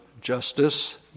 justice